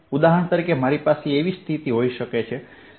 ઉદાહરણ તરીકે મારી પાસે આવી સ્થિતિ હોઈ શકે છે